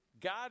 God